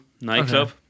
nightclub